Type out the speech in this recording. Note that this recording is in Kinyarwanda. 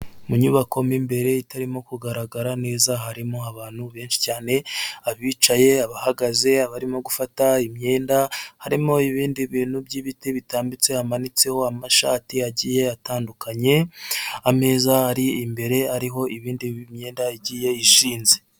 Mu nyubako mo imbere itarimo kugaragara neza, harimo abantu benshi cyane, abicaye bahagaze abarimo gufata imyenda, harimo ibindi bintu by'ibiti bitambitse hamanitseho amashati agiye atandukanye, ameza ari imbere ariho ibindi myenda Igiye ishinze.